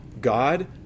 God